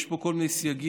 יש פה כל מיני סייגים: